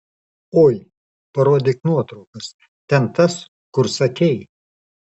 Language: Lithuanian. oi parodyk nuotraukas ten tas kur sakei